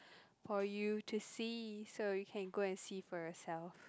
for you to see so you can go and see for yourself